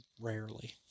rarely